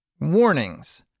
Warnings